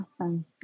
Awesome